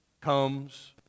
comes